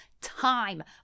time